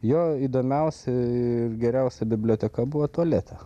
jo įdomiausi ir geriausia biblioteka buvo tualete